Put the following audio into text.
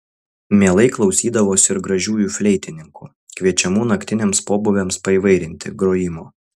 mielai klausydavosi ir gražiųjų fleitininkų kviečiamų naktiniams pobūviams paįvairinti grojimo